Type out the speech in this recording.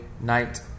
night